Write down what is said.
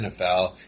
NFL